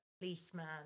policeman